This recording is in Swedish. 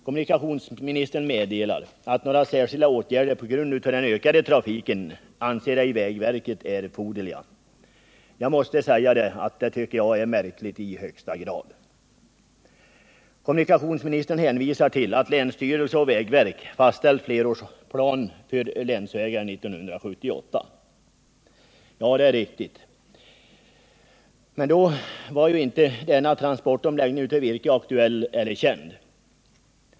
Kommunikationsministern meddelar att några särskilda åtgärder på grund av den ökade trafiken anser vägverket ej erforderliga. Det tycker jag är märkligt i högsta grad. Kommunikationsministern hänvisar till att länsstyrelse och vägverk 1978 fastställt flerårsplan för länsvägar. Det är riktigt, men då var ju inte denna transportomläggning aktuell eller känd.